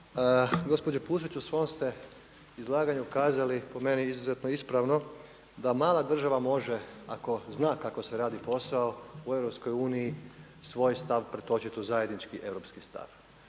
Gospođo Pusić u svom ste izlaganju kazali po meni izuzetno ispravno, da mala država može ako zna kako se radi posao u EU svoj stav pretočiti u zajednički europski stav.